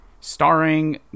starring